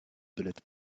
bullet